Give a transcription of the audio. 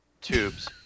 Tubes